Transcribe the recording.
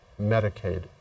Medicaid